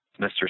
Mr